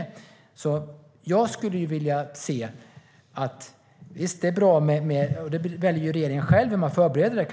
Regeringen väljer själv hur man förbereder det.